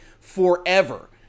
forever